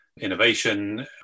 innovation